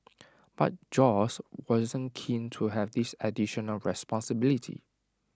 but Josh wasn't keen to have this additional responsibility